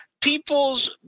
people's